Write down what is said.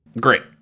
Great